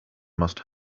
must